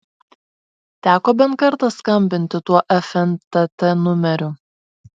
teko bent kartą skambinti tuo fntt numeriu